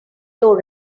door